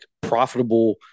profitable